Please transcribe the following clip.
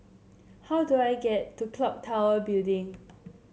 how do I get to clock Tower Building